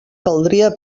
caldria